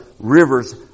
rivers